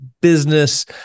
business